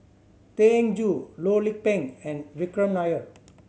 Tan Eng Joo Loh Lik Peng and Vikram Nair